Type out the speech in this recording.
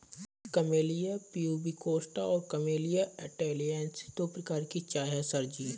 camellia pubicosta और Camellia taliensis दो प्रकार की चाय है सर जी